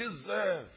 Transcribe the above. deserve